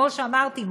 כמו שאמרתי,